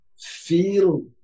Feel